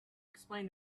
explain